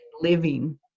living